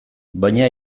baina